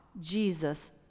Jesus